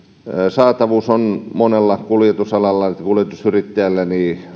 saatavuus on kuljetusalalla monella kuljetusyrittäjällä